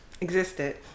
existed